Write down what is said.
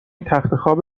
تختخواب